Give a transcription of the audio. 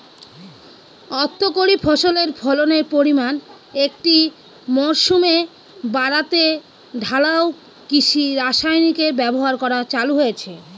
অর্থকরী ফসলের ফলনের পরিমান একটি মরসুমে বাড়াতে ঢালাও কৃষি রাসায়নিকের ব্যবহার করা চালু হয়েছে